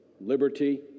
liberty